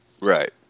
right